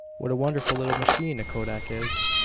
what a wonderful little machine a kodak is!